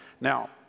Now